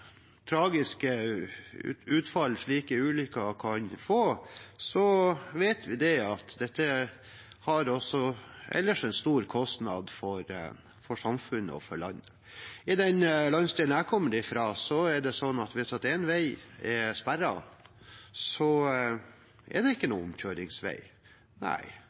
tragiske utfallet slike ulykker kan få, vet vi at dette også ellers har store kostnader for samfunnet og for landet. I den landsdelen jeg kommer fra, er det slik at hvis én vei er sperret, er det ikke noen omkjøringsvei.